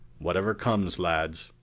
whatever comes, lads,